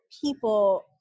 people